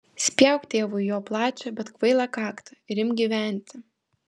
spjauk tėvui į jo plačią bet kvailą kaktą ir imk gyventi